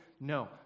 No